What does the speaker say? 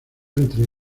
entre